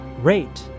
rate